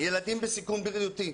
ילדים בסיכון בריאותי,